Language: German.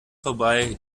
vorbei